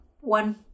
one